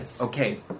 Okay